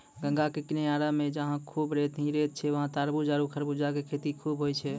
गंगा के किनारा मॅ जहां खूब रेत हीं रेत छै वहाँ तारबूज आरो खरबूजा के खेती खूब होय छै